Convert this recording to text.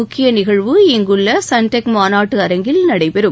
முக்கிய நிகழ்வு இங்குள்ள சன்டெக் மாநாட்டு அரங்கில் நடைபெறும்